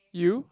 you